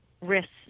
Risks